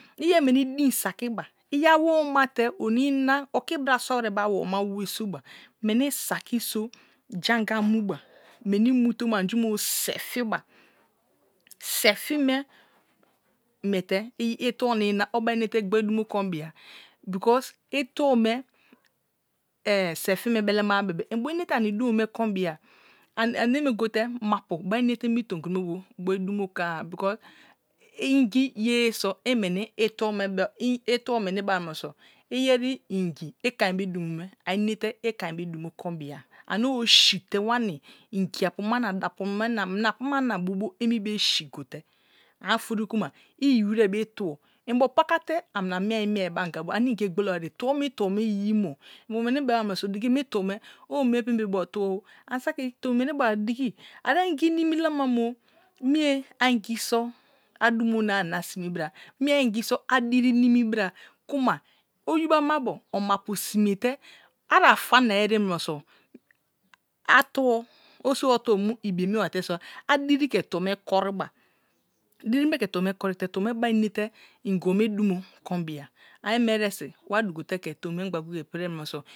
Iyeri meni din saki ba i a woma te oke iora sua wisé be a woma so̱ ba meni sati so jeim anga mu ba meni me te mu anju me bu se fiba se̱ fi me miete etuo nina obai umete gioi duumo kon bia because itno me se fi me belema bebe inbo mete ani dumo me hou bia ane me gote mapar bar imate mi tom-me bu boi drumo hoay because angi yeye so̱ i tuo weni ibeba meno so̱ yeri ingi i konar be chimo me a inete i kon berdrunis me konbia kri ame da apu owu si te wani ingia pu me na min a me na apu ma na emi be sigote anifori muma nyi wire be tuo imbo paka te amina mieai mie be anga be ane ike gbola wariye tuo mi tuo me inyi mo mbo weni be wa munoso̱ digi me tuo me owu mie pem be bo tuo ani saki to mi weni be wa digi ara ingi nimi lamamo nie a ingi so adumo na ina sine bra mie angi so din nimi bon kuona oyibo amabo omapu sumire te asr fana eti munoso (unintelligitble) osibo tuo me abi mie wa te so a dini the taro me kom ba, diri me ke tno me korite tuo me bai anate ingebo me dumo kon bia ane me eresi wa dugo te ke tomi me ḡba goye goye priè mu no so.